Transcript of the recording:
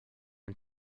and